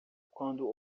quando